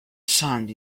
sand